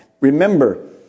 remember